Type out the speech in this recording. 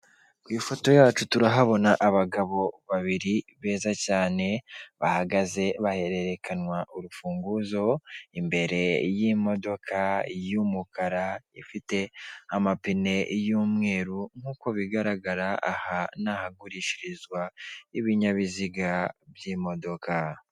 Ku ifoto yacu turahabona abagabo babiri beza cyane, bahagaze bahererekanwa urufunguzo imbere y'imodoka y'umukara ifite amapine y'umweru, nk'uko bigaragara aha ni ahagurishirizwa ibinyabiziga by'imodoka.